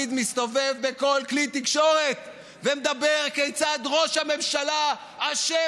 מיקי, חבל, וגם לך, חברת הכנסת פנינה תמנו-שטה.